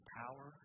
power